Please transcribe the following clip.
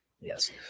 Yes